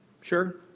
Sure